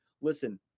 listen